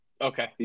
Okay